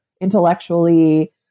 intellectually